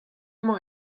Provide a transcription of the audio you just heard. emañ